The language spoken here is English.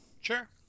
Sure